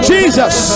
Jesus